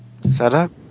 Setup